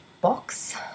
box